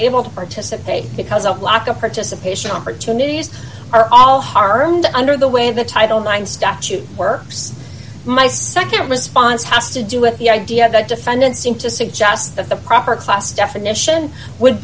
able to participate because of lack of participation opportunities are all harmed under the way the title nine statute were my nd response has to do with the idea that defendants seem to suggest that the proper class definition would